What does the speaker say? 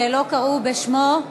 שלא קראו בשמו?